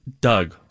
Doug